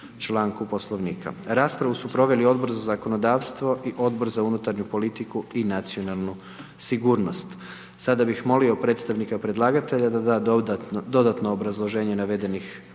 članku Poslovnika. Raspravu su proveli Odbor za zakonodavstvo i Odbor za unutarnju politiku i nacionalnu sigurnost. Sada bih molio predstavnika predlagatelja da da dodatno obrazloženje navedenih